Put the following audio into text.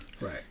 Right